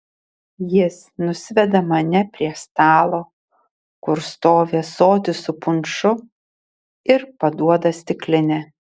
jis nusiveda mane prie stalo kur stovi ąsotis su punšu ir paduoda stiklinę